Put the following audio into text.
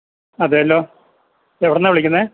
അതേലോ എവിടെന്നാണ് വിളിക്കുന്നത്